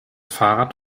fahrrad